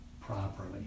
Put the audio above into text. properly